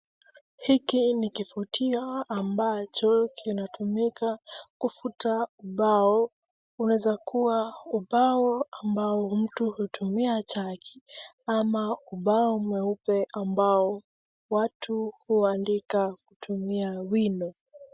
Hiki ni kifutio ambacho kinatumika kufuta ubao, unaeza kuwa ubao ambao mtu hutumia chaki ama ubao mweupe ambao watu huandika kutumia wino.